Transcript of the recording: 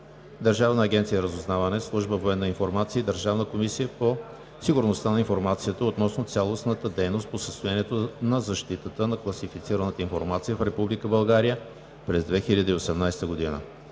Държавна агенция „Разузнаване“, Служба „Военна информация“ и Държавна комисия по сигурността на информацията относно цялостната дейност по състоянието на защитата на класифицираната информация в Република